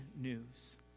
news